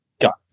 Got